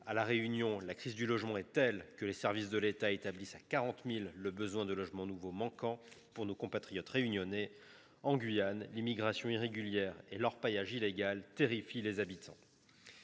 À La Réunion, la crise du logement est telle que les services de l’État estiment à 40 000 le nombre de logements nouveaux manquants pour nos compatriotes. En Guyane, l’immigration irrégulière et l’orpaillage illégal terrifient les habitants.